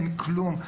אין כלום.